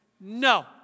No